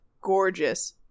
gorgeous